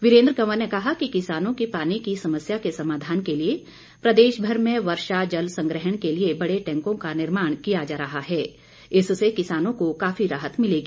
वीरेन्द्र कंवर ने कहा कि किसानों की पानी की समस्या के समाधान के लिए प्रदेश भर में वर्षा जल संग्रहण के लिए बड़े टैंकों का निर्माण किया जा रहा है इससे किसानों को काफी राहत मिलेगी